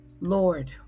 Lord